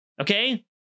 okay